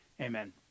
amen